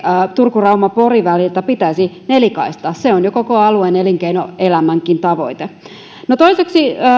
turku rauma pori väli pitäisi nelikaistoittaa se on jo koko alueen elinkeinoelämänkin tavoite toiseksi